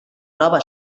nova